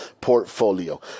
portfolio